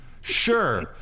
Sure